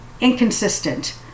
Inconsistent